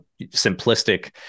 simplistic